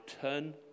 turn